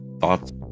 thoughts